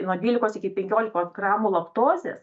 nuo dvylikos iki penkiolikos gramų laktozės